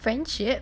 friendship